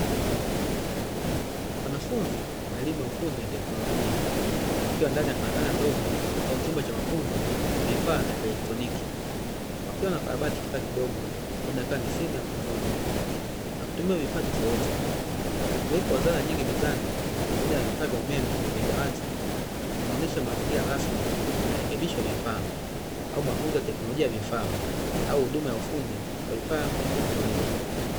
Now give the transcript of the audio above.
Wanafunzi wa elimu ya ufundi na teknolojia, wakiwa ndani ya karakana ndogo au chumba cha mafunzo ya vifaa vya kielektroniki, wakiwa wanakarabati kifaa kidogo huenda ikawa ni simu ya mkononi, wakitumia vifaa tofauti. Uwepo wa zana nyingi mezani pamoja na vifaa vya umeme kwenye dawati, unaonyesha mazingira rasmi yamerekebishwa vifaa, au mafunzo ya teknolojia ya vifaa, au huduma ya ufundi wa vifaa vya kielektroniki.